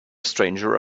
stranger